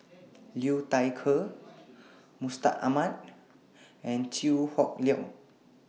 Liu Thai Ker Mustaq Ahmad and Chew Hock Leong